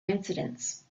incidents